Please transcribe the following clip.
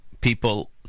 people